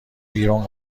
بیرون